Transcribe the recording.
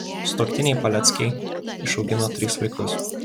sutuoktiniai peleckiai išaugino tris vaikus